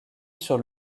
sur